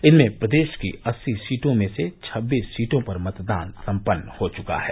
इनमें प्रदेश की अस्सी सीटों में से छब्बीस सीटों पर मतदान सम्पन्न हो चुका है